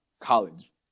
college